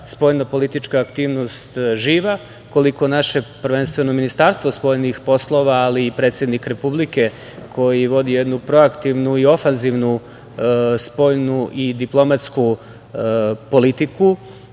spoljnopolitička aktivnost živa, koliko naše, prvenstveno Ministarstvo spoljnih poslova, ali i predsednik Republike, koji vodi jednu proaktivnu i ofanzivnu spoljnu i diplomatsku politiku,